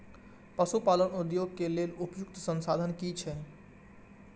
पशु पालन उद्योग के लेल उपयुक्त संसाधन की छै?